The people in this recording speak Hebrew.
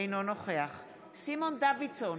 אינו נוכח סימון דוידסון,